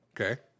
okay